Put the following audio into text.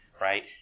right